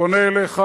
ואני פונה אליך,